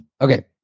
Okay